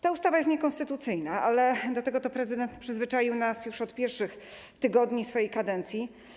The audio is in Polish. Ta ustawa jest niekonstytucyjna, ale do tego prezydent przyzwyczaił nas już od pierwszych tygodni swojej kadencji.